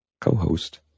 co-host